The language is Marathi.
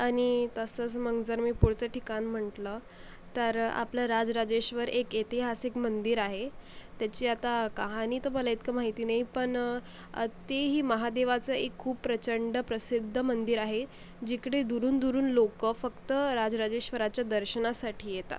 आणि तसंच मग जर मी पुढचं ठिकाण म्हटलं तर आपलं राजराजेश्वर एक ऐतिहासिक मंदिर आहे त्याची आता कहाणी तर मला इतकं माहिती नाही पण तेही महादेवाचं एक खूप प्रचंड प्रसिद्ध मंदिर आहे जिकडे दुरून दुरून लोकं फक्त राजराजेश्वराच्या दर्शनासाठी येतात